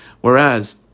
Whereas